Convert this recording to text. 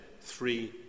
three